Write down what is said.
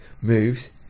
moves